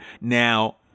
Now